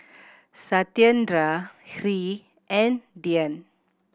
Satyendra Hri and Dhyan